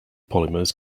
polymers